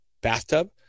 bathtub